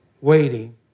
waiting